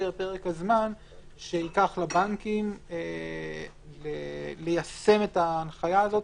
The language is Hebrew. פרק הזמן שייקח לבנקים ליישם את ההנחיה הזאת.